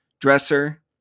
dresser